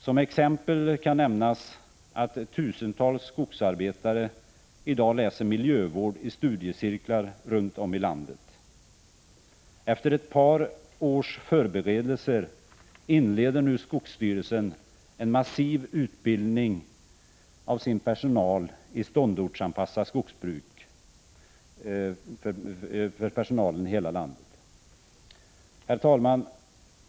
Som exempel kan nämnas att tusentals skogsarbetare i dag läser miljövård i studiecirklar runt om i landet. Efter ett par års förberedelser inleder nu skogsstyrelsen en massiv utbildning i ståndortsanpassat skogsbruk för skogsvårdsstyrelsens personal i hela landet. Herr talman!